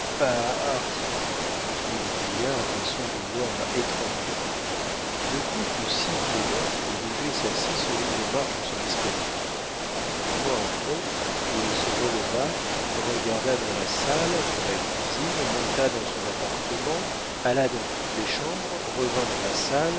dit le vieillard d'un son de voix étranglé le coup fut si violent que rouget s'assit sur une des marches de son escalier un moment après il se releva regarda dans la salle dans la cuisine monta dans son appartement alla dans toutes les chambres revint dans la salle